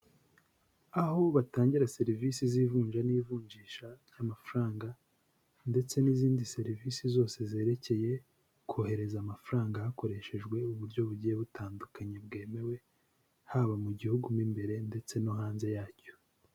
Aho batangira serivisi z'ivunja n'ivunjisha ry'amafaranga ndetse n'izindi serivisi zose zerekeye kohereza amafaranga hakoreshejwe uburyo bugiye butandukanye bwemewe, haba mu gihu mu imbere ndetse no hanze yacyo.